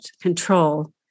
control